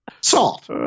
Salt